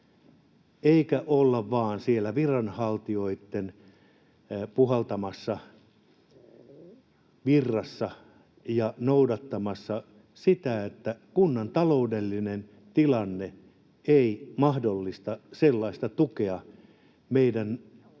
eikä olla vain siellä viranhaltijoitten puhaltamassa virrassa ja noudattamassa sitä, että kunnan taloudellinen tilanne ei mahdollista sellaista tukea meidän